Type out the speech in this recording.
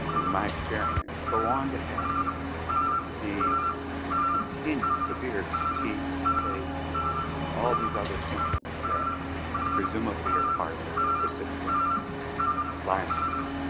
in my experience, go on to have these continued severe fatigues and headaches and all these other symptoms that presumably are part of persistent lyme disease.